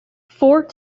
fort